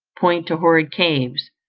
point to horrid caves,